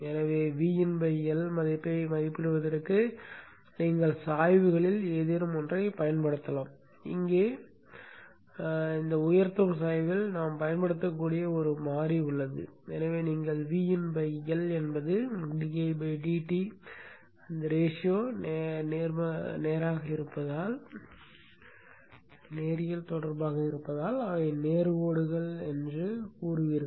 எனவே Vin L மதிப்பை மதிப்பிடுவதற்கு நீங்கள் சாய்வுகளில் ஏதேனும் ஒன்றைப் பயன்படுத்தலாம் இங்கே உயர்த்தும் சாய்வில் நாம் பயன்படுத்தக்கூடிய ஒரு மாறி உள்ளது எனவே நீங்கள் Vin எல் என்பது விகிதங்கள் நேராக இருப்பதால் அவை நேர் கோடுகள் என்று கூறுவீர்கள்